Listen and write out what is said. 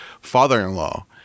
father-in-law